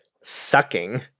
sucking